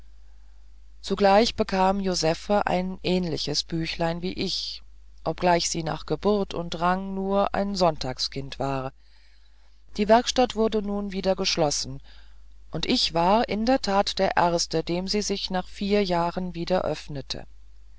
zugleich bekam josephe ein ähnliches büchlein wie ich obgleich sie nach geburt und rang nur ein sonntagskind war die werkstatt wurde nun wieder geschlossen und ich war in der tat der erste dem sie sich nach vier jahren wieder öffnete